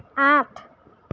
আঠ